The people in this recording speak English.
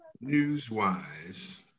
News-wise